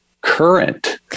current